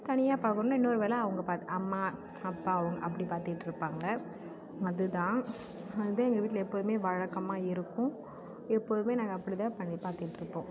தனியாக பார்க்கணுன்னா இன்னொரு வேலை அவங்க பாத் அம்மா அப்பா அவங்க அப்படி பார்த்துட்டு இருப்பாங்க அது தான் அது தான் எங்கள் வீட்டில் எப்போதுமே வழக்கமாக இருக்கும் எப்போதுமே நாங்கள் அப்படி தான் பண்ணி பார்த்துட்டு இருப்போம்